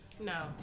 No